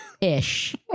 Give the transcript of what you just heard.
Ish